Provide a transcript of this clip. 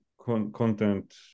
content